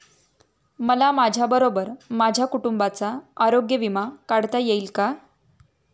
मला माझ्याबरोबर माझ्या कुटुंबाचा आरोग्य विमा काढता येईल का?